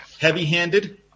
heavy-handed